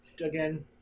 Again